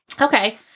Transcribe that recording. Okay